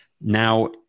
Now